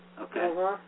okay